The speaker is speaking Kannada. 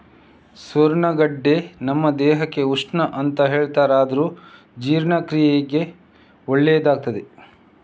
ಸುವರ್ಣಗಡ್ಡೆ ನಮ್ಮ ದೇಹಕ್ಕೆ ಉಷ್ಣ ಅಂತ ಹೇಳ್ತಾರಾದ್ರೂ ಜೀರ್ಣಕ್ರಿಯೆಗೆ ಒಳ್ಳೇದಾಗ್ತದೆ